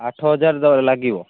ଆଠ ହଜାର ଲାଗିବ